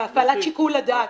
והפעלת שיקול הדעת.